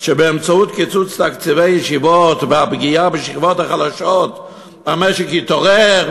שבאמצעות קיצוץ תקציבי ישיבות ופגיעה בשכבות החלשות המשק יתעורר,